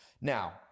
Now